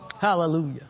Hallelujah